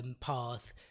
path